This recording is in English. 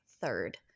third